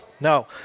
Now